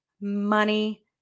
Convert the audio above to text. money